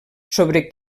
sobre